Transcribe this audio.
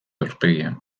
aurpegian